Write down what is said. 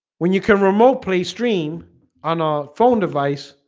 when you can remote play stream on our phone device